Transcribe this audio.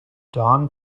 don